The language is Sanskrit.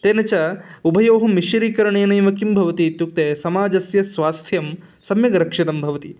तेन च उभयोः मिश्रीकरणेनैव किं भवति इत्युक्ते समाजस्य स्वास्थ्यं सम्यग्रक्षितं भवति